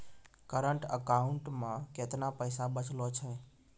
Current account मे केतना पैसा बचलो छै?